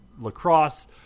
lacrosse